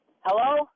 Hello